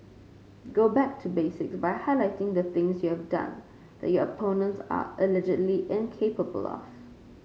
go back to basics by highlighting the things you have done that your opponents are allegedly incapable of